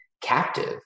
captive